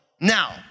Now